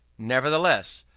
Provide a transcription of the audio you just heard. nevertheless,